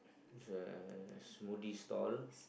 show like a smoothie door